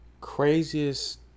craziest